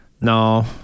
No